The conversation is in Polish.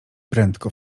prędko